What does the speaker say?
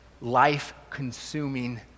life-consuming